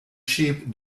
sheep